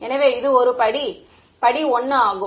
எனவே இது ஒரு படி 1 ஆகும்